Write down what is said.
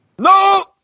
No